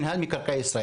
מינהל מקרקעי ישראל.